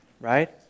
right